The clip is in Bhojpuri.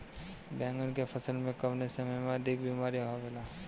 बैगन के फसल में कवने समय में अधिक बीमारी आवेला?